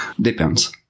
Depends